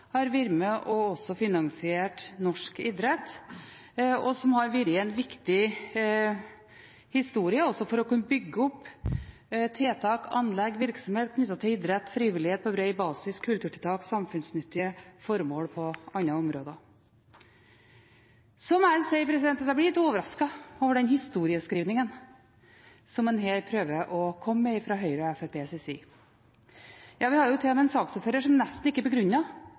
har vært med og finansiert norsk idrett, og som har vært en viktig historie også for å kunne bygge opp tiltak, anlegg og virksomhet knyttet til idrett, frivillighet på bred basis, kulturtiltak og samfunnsnyttige formål på andre områder. Jeg må si jeg blir litt overrasket over den historieskrivningen som en her prøver å komme med fra Høyres og Fremskrittspartiets side. Ja, vi har til og med en saksordfører som nesten ikke